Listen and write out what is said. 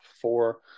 four